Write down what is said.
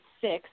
six